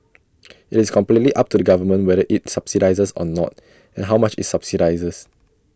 IT is completely up to the government whether IT subsidises or not and how much IT subsidises